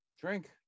Drink